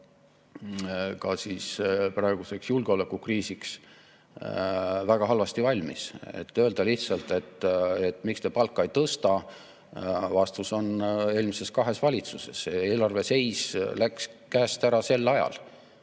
ja ka praeguseks julgeolekukriisiks väga halvasti valmis. Kui öelda lihtsalt, miks me palka ei tõsta, siis vastus on eelmises kahes valitsuses. Eelarve seis läks käest ära sel ajal.